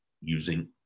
using